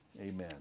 Amen